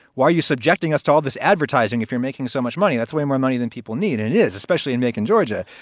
why are you subjecting us to all this advertising if you're making so much money? that's way more money than people need. it is, especially in macon, georgia.